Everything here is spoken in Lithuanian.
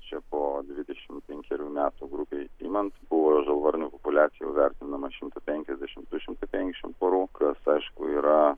čia po didešimt penkerių metų grubiai imant buvo žalvarnių populiacija vertinama šimtu penkiasdešimt du šimtai penkiasdešimt porų kas aišku yra